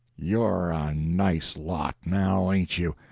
you're nice lot now ain't you?